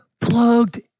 plugged